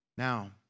Now